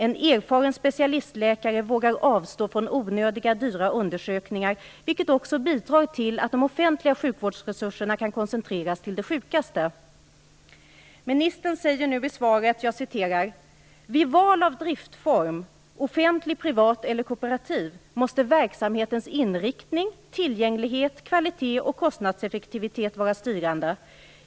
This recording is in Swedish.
En erfaren specialistläkare vågar avstå från onödiga och dyra undersökningar, vilket också bidrar till att de offentliga sjukvårdsresurserna kan koncentreras till de sjukaste. Ministern säger nu i svaret: Vid val av driftform, offentlig, privat eller kooperativ, måste verksamhetens inriktning, tillgänglighet, kvalitet och kostnadseffektivitet vara styrande.